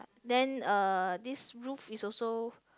then uh this roof is also